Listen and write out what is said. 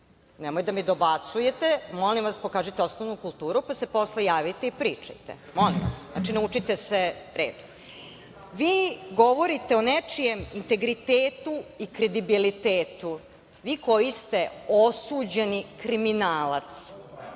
Nemojte da mi dobacujete, molim vas pokažite osnovnu kulturu, pa se posle javite i pričajte. Molim vas, naučite se redu. Vi govorite o nečijem integritetu i kredibilitetu, vi koji ste osuđeni kriminalac,